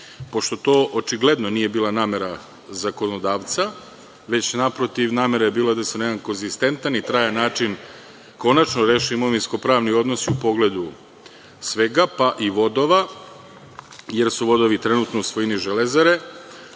to očigledno nije bila namera zakonodavca, već naprotiv, namera je bila da se na jedan konzistentan i trajan način konačno reše imovinsko pravni odnosi u pogledu svega, pa i vodova, jer su vodovi trenutno u svojini Železare